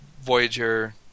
Voyager